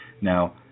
Now